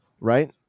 right